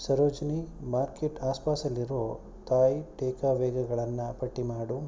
Sarojini market ಆಸು ಪಾಸು ಅಲ್ಲಿರೋ ತಾಯ್ ಟೇಕವೇಗಳನ್ನು ಪಟ್ಟಿ ಮಾಡು